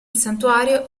santuario